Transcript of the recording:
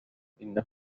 إنه